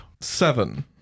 Seven